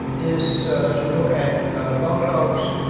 is to look at bug logs,